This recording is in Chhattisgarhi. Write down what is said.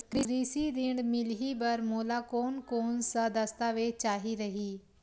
कृषि ऋण मिलही बर मोला कोन कोन स दस्तावेज चाही रही?